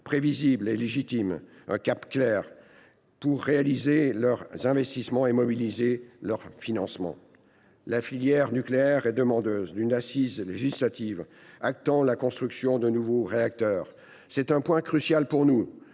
prévisible et légitime, pour réaliser leurs investissements et mobiliser leurs financements. La filière nucléaire est demandeuse d’une assise législative actant la construction de nouveaux réacteurs. C’est un point crucial pour nous,